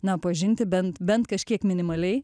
na pažinti bent bent kažkiek minimaliai